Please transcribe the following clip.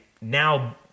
now